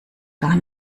gar